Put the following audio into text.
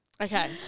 Okay